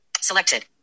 Selected